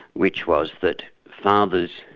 which was that fathers,